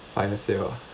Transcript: sale ah